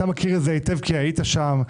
אתה מכיר את זה היטב כי היית שם.